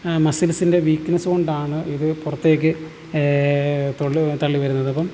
മസിൽസിൻ്റെ weakness കൊണ്ടാണ് ഇത് പുറത്തേക്ക് തള്ളി തള്ളി വരുന്നത് അപ്പം